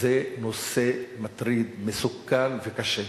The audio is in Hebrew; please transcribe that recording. זה נושא מטריד, מסוכן וקשה.